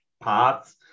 parts